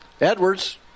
Edwards